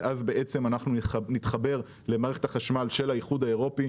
ואז נתחבר למערכת החשמל של האיחוד האירופאי,